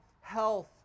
health